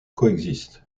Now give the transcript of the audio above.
coexistent